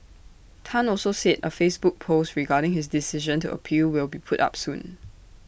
Tan also said A Facebook post regarding his decision to appeal will be put up soon